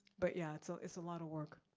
but yeah, it's so it's a lot of work.